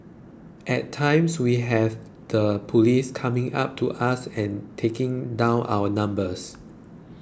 at times we have the police coming up to us and taking down our numbers